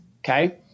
Okay